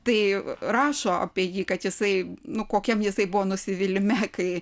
tai rašo apie jį kad jisai nu kokiam jisai buvo nusivylime kai